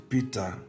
Peter